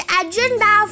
agenda